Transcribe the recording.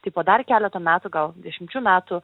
tai po dar keleto metų gal dešimčių metų